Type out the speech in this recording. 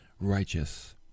righteous